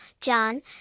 John